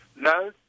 No